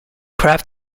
craft